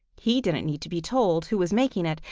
he didn't need to be told who was making it.